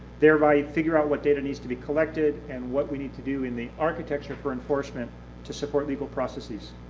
thereby figure out what data needs to be collected and what we need to do in the architecture for enforcement to support legal processes.